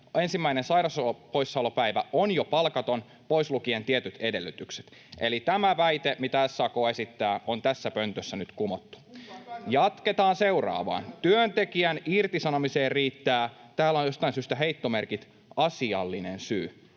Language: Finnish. ensimmäinen sairauspoissaolopäivä on jo palkaton pois lukien tietyt edellytykset. Eli tämä väite, mitä SAK esittää, on tässä pöntössä nyt kumottu. [Aki Lindén: Kumpaa kannatatte?] Jatketaan seuraavaan: ”Työntekijän irtisanomiseen riittää” — täällä on jostain syystä heittomerkit — ”’asiallinen syy’”.